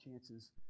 chances